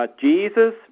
Jesus